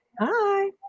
Hi